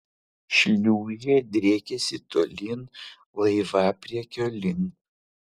šliūžė driekėsi tolyn laivapriekio link